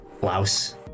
blouse